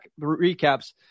recaps